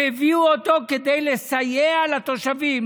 שהביאו אותו כדי לסייע לתושבים,